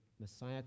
messiah